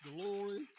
Glory